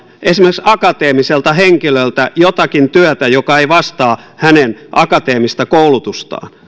esimerkiksi akateemiselle henkilölle ja edellyttää häntä vastaanottamaan jotakin työtä joka ei vastaa hänen akateemista koulutustaan